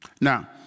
Now